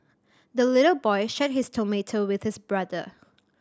the little boy shared his tomato with his brother